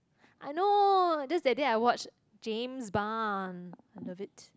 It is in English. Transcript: I know just that day I watched James-Bond I love it